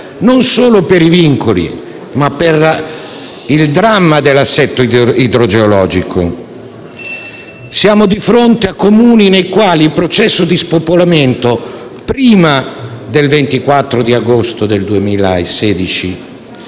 non solo per i vincoli, ma per il dramma dell'assetto idrogeologico. Siamo di fronte a Comuni, nei quali il processo di spopolamento, prima del 24 agosto 2016,